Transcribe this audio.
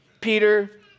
Peter